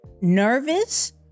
nervous